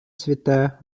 цвіте